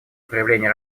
проявления